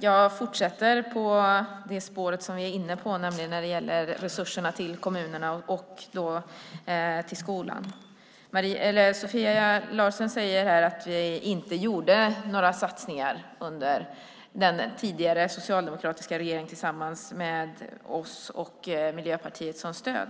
Jag fortsätter på det spår vi är inne på, nämligen resurserna till kommunerna och skolan. Sofia Larsen säger att den tidigare socialdemokratiska regeringen inte gjorde några satsningar med oss och Miljöpartiet som stöd.